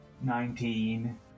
nineteen